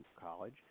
college